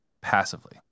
passively